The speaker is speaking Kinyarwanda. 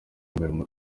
mbere